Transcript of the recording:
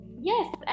Yes